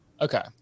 Okay